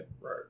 Right